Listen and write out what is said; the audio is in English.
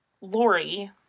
Lori